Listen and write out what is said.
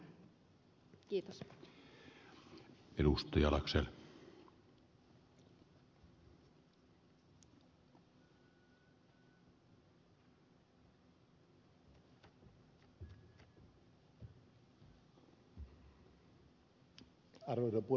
arvoisa puhemies